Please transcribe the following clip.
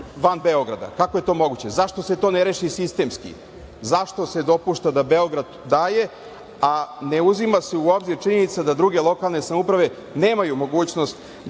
van Beograda? Kako je to moguće? Zašto se to ne reši sistemski? Zašto se dopušta da Beograd daje, a ne uzima se u obzir činjenica da druge lokalne samouprave nemaju mogućnost